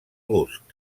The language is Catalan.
gust